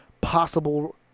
possible